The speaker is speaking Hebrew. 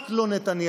רק לא נתניהו,